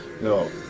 no